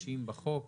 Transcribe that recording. המפורשים בחוק